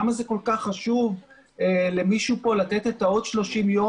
למה זה כל כך חשוב למישהו כאן לא לתת עוד 30 ימים